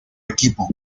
equipo